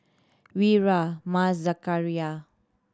Wira Mas Zakaria